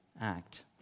act